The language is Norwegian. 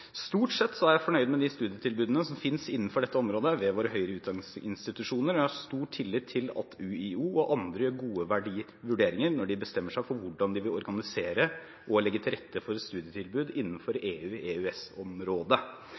Stort sett er jeg fornøyd med de studietilbudene som finnes innenfor dette området ved våre høyere utdanningsinstitusjoner. Jeg har stor tillit til at UiO og andre gjør gode vurderinger når de bestemmer seg for hvordan de vil organisere og legge til rette for studietilbud innenfor